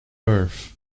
earth